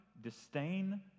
disdain